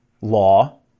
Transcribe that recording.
law